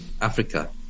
Africa